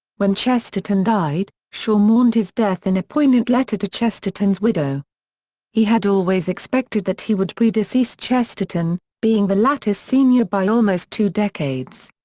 when chesterton died, shaw mourned his death in a poignant letter to chesterton's widow he had always expected that he would predecease chesterton, being the latter's senior by almost two decades.